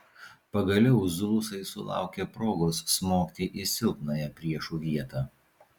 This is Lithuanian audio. pagaliau zulusai sulaukė progos smogti į silpnąją priešų vietą